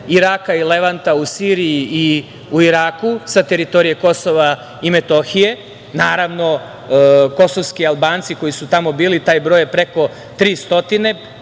Iraka i Levanta u Siriji i u Iraku sa teritorije Kosova i Metohije, naravno, kosovski Albanci koji su tamo bili, taj broj je preko 300,